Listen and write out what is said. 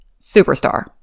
superstar